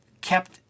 kept